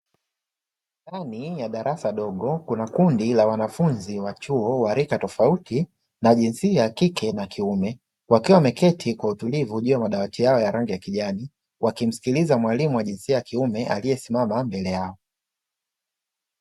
Ndani ya darasa dogo kuna kundi la wanafunzi wa chuo wa rika tofauti na jinsia ya kike na kiume wakiwa wameketi kwa utulivu, juu ya madawati yao ya rangi ya kijani wakimsikiliza mwalimu wa jinsia ya kiume aliyesimama mbele yao.